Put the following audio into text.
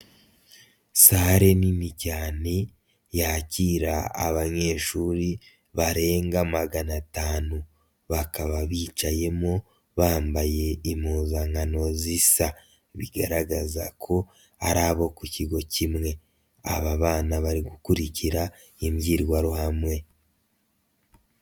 salle nini cynae yakira abanyeshuri barenga magana atanu, bakaba bicayemo bambaye impmuzakano zisa bigaragaza ko ari abo ku kigo kimwe, aba bana bari gukurikira imbwirwaruhame.